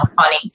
funny